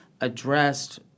addressed